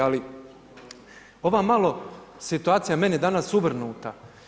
Ali ova malo situacija meni danas uvrnuta.